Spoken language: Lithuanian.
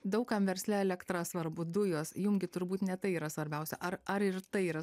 daug kam versle elektra svarbu dujos jum gi turbūt ne tai yra svarbiausia ar ar ir tai yra